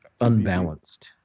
unbalanced